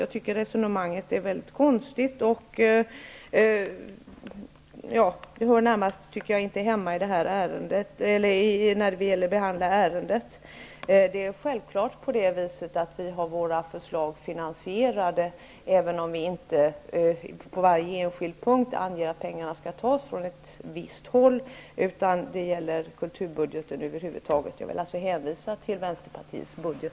Jag tycker att resonemanget är mycket konstigt och att det inte hör hemma i behandlingen av det här ärendet. Självfallet är våra förslag finansierade även om vi inte på varje enskild punkt anger att pengarna skall tas från ett viss håll utan från kulturbudgeten över huvud taget. Jag vill här hänvisa till Vänsterpartiets budget.